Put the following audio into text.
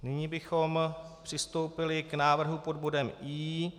Nyní bychom přistoupili k návrhu pod bodem I.